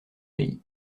pays